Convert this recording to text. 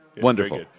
Wonderful